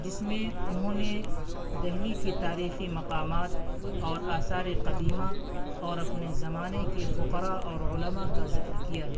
جس میں انہوں نے دہلی کی تاریخی مقامات اور آثار قدیمہ اور اپنے زمانے کے فقراء اور علماء کا ذکر کیا ہے